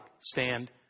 stand